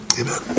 Amen